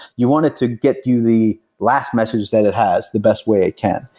you want it to get you the last message that it has the best way it can.